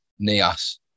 NIAS